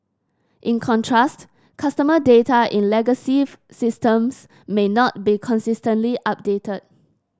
in contrast customer data in legacy if systems may not be consistently updated